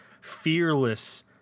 fearless